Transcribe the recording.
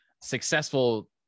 successful